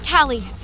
Callie